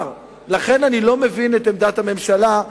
ולכן אני לא מבין את עמדת הממשלה,